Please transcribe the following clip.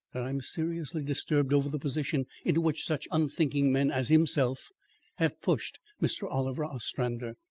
that i am seriously disturbed over the position into which such unthinking men as himself have pushed mr. oliver ostrander.